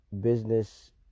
business